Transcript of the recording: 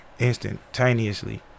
Instantaneously